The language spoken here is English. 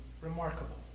remarkable